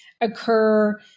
occur